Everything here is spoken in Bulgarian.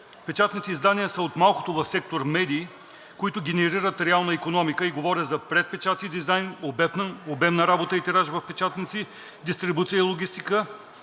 Печатните издания са от малкото в сектор „Медии“, които генерират реална икономика. Говоря за предпечат и дизайн, обем на работа и тираж в печатници, дистрибуция и логистика.